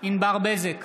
ענבר בזק,